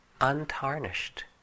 untarnished